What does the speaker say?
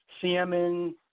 salmon